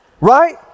Right